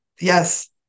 yes